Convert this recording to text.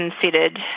considered